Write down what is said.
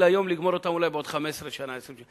היום ולגמור אותם אולי בעוד 15 שנה או 20 שנה.